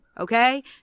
Okay